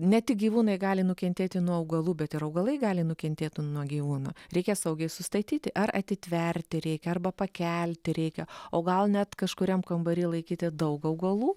ne tik gyvūnai gali nukentėti nuo augalų bet ir augalai gali nukentėti nuo gyvūnų reikia saugiai sustatyti ar atitverti reikia arba pakelti reikia o gal net kažkuriam kambary laikyti daug augalų